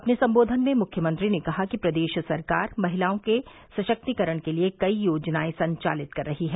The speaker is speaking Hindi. अपने सम्बोधन में मुख्यमंत्री ने कहा कि प्रदेश सरकार महिलाओं के सशक्तीकरण के लिये कई योजनाए संचालित कर रही है